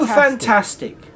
fantastic